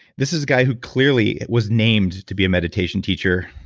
this is guy who clearly was named to be a meditation teacher.